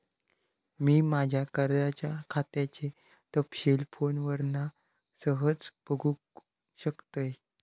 मी माज्या कर्जाच्या खात्याचे तपशील फोनवरना सहज बगुक शकतय